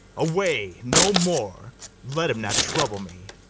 away! no more let him not trouble me.